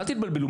אל תתבלבלו,